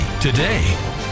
today